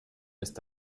ist